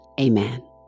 Amen